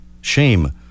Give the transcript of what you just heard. shame